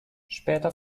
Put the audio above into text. später